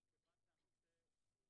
2018,